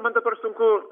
man dabar sunku